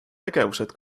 tegevused